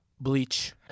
Bleach